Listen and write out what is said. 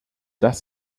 dass